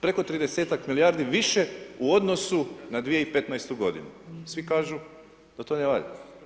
Preko 30-ak milijardi više u odnosu na 2015. godinu, svi kažu da to ne valja.